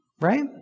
right